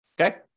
okay